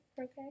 Okay